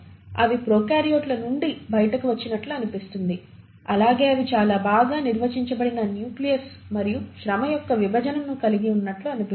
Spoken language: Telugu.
అవి ప్రొకార్యోట్ల నుండి బయటకు వచ్చినట్లు అనిపిస్తుంది అలాగే అవి చాలా బాగా నిర్వచించబడిన న్యూక్లియస్ మరియు శ్రమ యొక్క విభజనను కలిగి ఉన్నట్లు అనిపిస్తుంది